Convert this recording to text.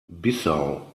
bissau